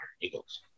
Eagles